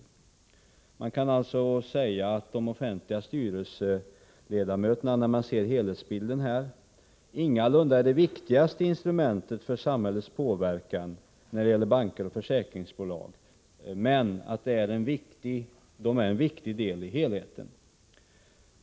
När man ser helhetsbilden kan man alltså säga att de offentliga styrelseledamöterna ingalunda utgör det viktigaste instrumentet för samhällets påverkan när det gäller banker och försäkringsbolag, men att de är en viktig del i helheten.